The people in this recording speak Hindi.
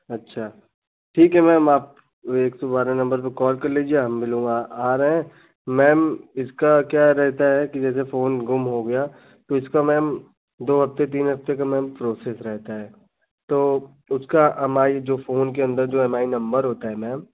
अच्छा ठीक है मैम आप एक सौ बारह नंबर पर कॉल कर लीजिए हम भी लोग आ रहे हैं मैम इसका क्या रहता है कि जैसे फोन गुम हो गया तो इसका मैम दो हफ़्ते तीन हफ़्ते का मैम प्रोसेस रहता है तो उसका अम आइ जो फोन के अंदर जो एम आइ नंबर होता है मैम